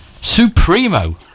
supremo